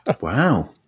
wow